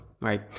right